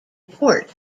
port